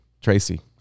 Tracy